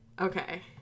okay